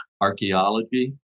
archaeology